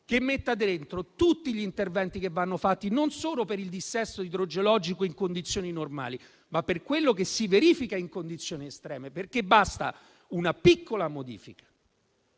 che metta dentro tutti gli interventi che vanno fatti non solo per il dissesto idrogeologico in condizioni normali, ma per quello che si verifica in condizioni estreme? Basta infatti una piccola modifica